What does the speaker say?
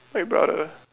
my brother